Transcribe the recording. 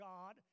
God